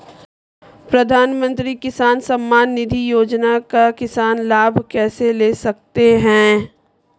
प्रधानमंत्री किसान सम्मान निधि योजना का किसान लाभ कैसे ले सकते हैं?